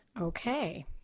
Okay